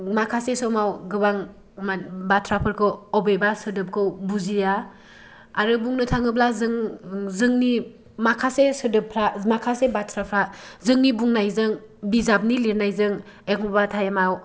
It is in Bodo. माखासे समाव गोबां बाथ्राफोरखौ अबेबा सोदोबखौ बुजिया आरो बुंनो थाङोब्ला जों जोंनि माखासे सोदोबफ्रा माखासे बाथ्राफ्रा जोंनि बुंनायजों बिजाबनि लिरनायजों एखनबा टाइमाव